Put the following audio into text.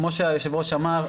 כמו שהיושב ראש אמר,